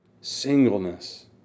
singleness